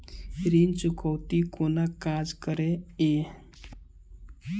ऋण चुकौती कोना काज करे ये?